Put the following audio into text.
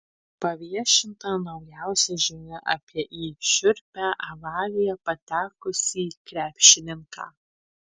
paviešinta naujausia žinia apie į šiurpią avariją patekusį krepšininką